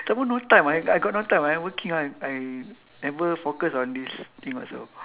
some more no time I I got no time I working I I never focus on this thing also